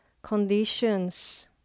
Conditions